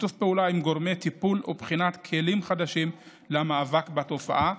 שיתוף פעולה עם גורמי טיפול ובחינת כלים חדשים למאבק בתופעה.